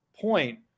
point